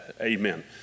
Amen